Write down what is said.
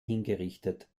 hingerichtet